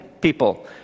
people